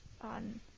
on